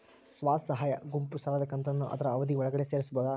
ಸ್ವಸಹಾಯ ಗುಂಪು ಸಾಲದ ಕಂತನ್ನ ಆದ್ರ ಅವಧಿ ಒಳ್ಗಡೆ ತೇರಿಸಬೋದ?